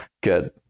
good